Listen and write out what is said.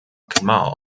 kamal